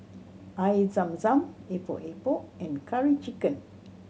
Air Zam Zam Epok Epok and Curry Chicken